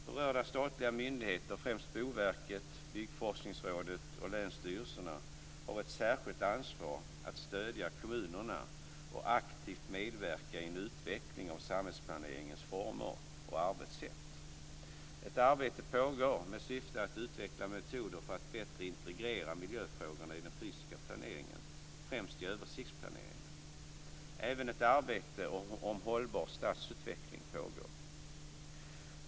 Berörda statliga myndigheter - främst Boverket, Byggforskningsrådet och länsstyrelserna - har ett särskilt ansvar att stödja kommunerna och aktivt medverka i en utveckling av samhällsplaneringens former och arbetssätt. Ett arbete pågår med syfte att utveckla metoder för att bättre integrera miljöfrågorna i den fysiska planeringen, främst i översiktsplaneringen. Även ett arbete om hållbar stadsutveckling pågår.